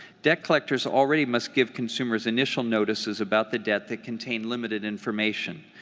debt collectors already must give consumers initial notices about the debt that contain limited information,